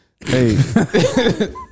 Hey